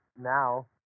now